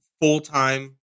full-time